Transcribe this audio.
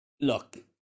look